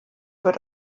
wird